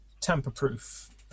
tamper-proof